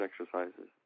exercises